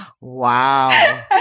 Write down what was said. Wow